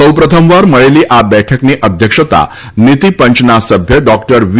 સૌપ્રથમવાર મળેલી આ બેઠકની અધ્યક્ષતા નીતિ પંચના સભ્ય ડોક્ટર વી